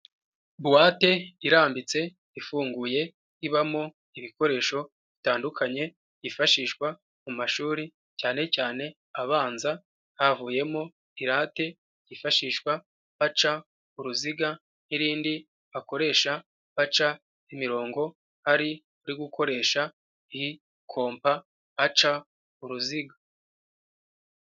Bowate irambitse ifunguye ibamo ibikoresho bitandukanye yifashishwa mu mashuri cyane cyane abanza havuyemo irate hifashishwa baca uruziga n'irindi akoresha baca imirongo ari iri gukoresha iyi kompa aca uruziga.